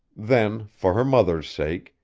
then, for her mother's sake,